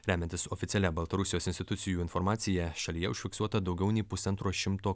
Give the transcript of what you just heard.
remiantis oficialia baltarusijos institucijų informacija šalyje užfiksuota daugiau nei pusantro šimto